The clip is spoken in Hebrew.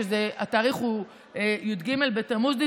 התאריך הוא י"ג בתמוז,